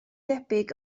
debyg